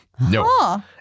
No